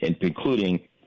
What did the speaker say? including